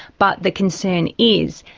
but the concern is,